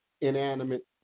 inanimate